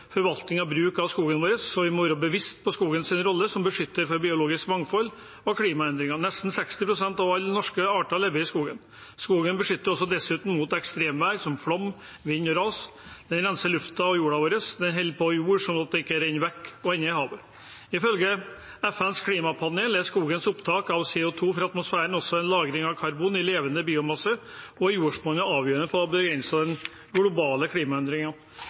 forvaltning og bruk av skogen vår, må vi være bevisst på skogens rolle som beskytter av biologisk mangfold og mot klimaendringer. Nesten 60 pst. av alle norske arter lever i skogen. Skogen beskytter oss dessuten mot ekstremvær som flom, vind og ras. Den renser luften og jorden vår, og den holder på jord sånn at den ikke renner vekk og ender i havet. Ifølge FNs klimapanel er skogens opptak av CO 2 fra atmosfæren og lagring av karbon i levende biomasse og i jordsmonnet avgjørende for å begrense globale